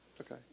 Okay